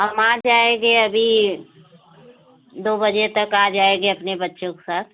हम आ जाएंगे अभी दो बजे तक आ जाएगे अपने बच्चों के साथ